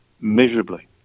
miserably